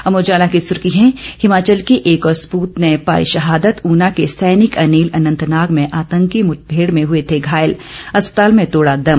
अमर उजाला की सुर्खी है हिमाचल के एक और सपूत ने पाई शहादत ऊना के सैनिक अनिल अनंतनाग में आतंकी मुठभेड़ में हुए थे घायल अस्पताल में तोड़ा दम